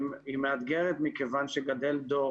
היא מאתגרת מכיוון שגדל דור